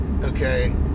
okay